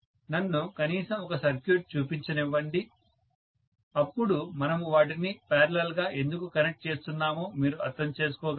నన్ను కనీసం ఒక సర్క్యూట్ చూపించనివ్వండి అప్పుడు మనము వాటిని పారలల్ గా ఎందుకు కనెక్ట్ చేస్తున్నామో మీరు అర్థం చేసుకోగలరు